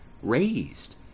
raised